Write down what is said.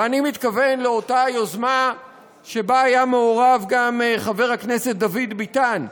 ואני מתכוון לאותה יוזמה שבה היה מעורב גם חבר הכנסת דוד ביטן,